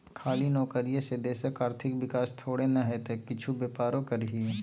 खाली नौकरीये से देशक आर्थिक विकास थोड़े न हेतै किछु बेपारो करही